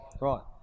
Right